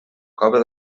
cova